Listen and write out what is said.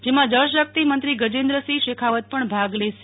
જેમાં જળ શક્તિ મંત્રી ગજેન્દ્ર સિંહ શેખાવત પણ ભાગ લેશે